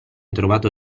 trovato